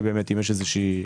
האם יש קורלציה,